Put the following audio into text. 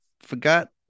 forgot